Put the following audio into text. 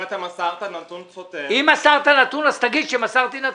אם מסרת נתון כוזב -- אם מסרתי נתון אז תגיד שמסרתי נתון.